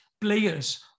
players